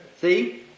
See